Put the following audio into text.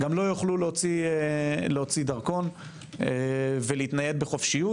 גם לא יוכלו להוציא דרכון ולהתנייד בחופשיות,